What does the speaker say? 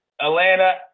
Atlanta